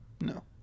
no